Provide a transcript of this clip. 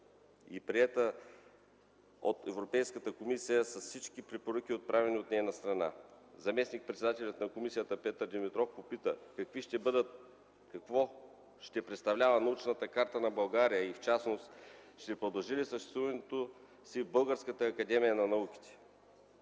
е приета от Европейската комисия с всички препоръки отправени от нейна страна. Заместник-председателят на комисията Петър Димитров попита какво ще представлява научната карта на България и в частност ще продължи ли съществуването си Българската академия на науките?